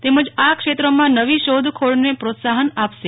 તેમજ આ ક્ષેત્રમાં નવી શોધખોળને પ્રોત્સાહન આપશે